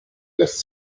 lässt